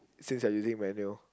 since you're using manual